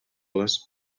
les